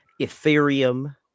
Ethereum